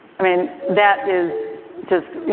i mean, that is just,